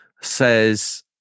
says